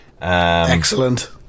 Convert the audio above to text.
excellent